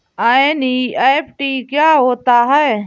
NEFT क्या होता है?